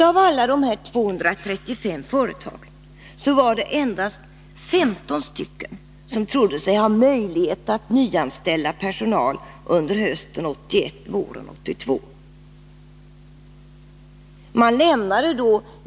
Av alla 235 företagen var det endast 15 som trodde sig ha möjligheter att nyanställa under hösten 1981-våren 1982.